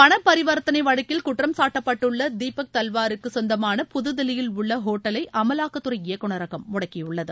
பணபரிவர்த்தனை வழக்கில் குற்றம் சாட்டப்பட்டுள்ள தீபக் தல்வாருக்கு சொந்தமான புதுதில்லியில் உள்ள ஹோட்டலை அமலாக்கத்துறை இயக்குநரகம் முடக்கியுள்ளது